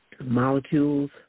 molecules